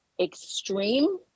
extreme